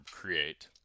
create